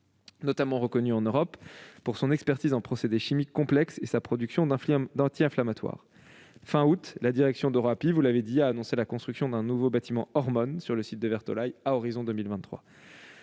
notamment reconnu en Europe pour son expertise en procédés chimiques complexes et sa production d'anti-inflammatoires. Fin août, la direction d'EuroAPI a annoncé la construction d'un nouveau bâtiment « Hormones » sur le site de Vertolaye à l'horizon 2023.